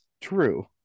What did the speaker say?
True